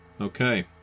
Okay